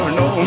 no